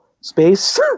space